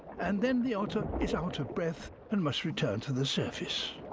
and then the otter is out of breath and must return to the surface.